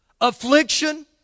affliction